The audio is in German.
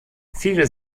viele